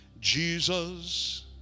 Jesus